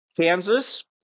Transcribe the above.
Kansas